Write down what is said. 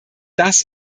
das